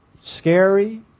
scary